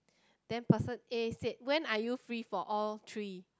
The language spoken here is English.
then person A said when are you free for all three